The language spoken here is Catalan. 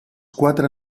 quatre